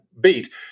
beat